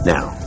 Now